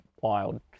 wild